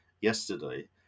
yesterday